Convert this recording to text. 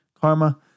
karma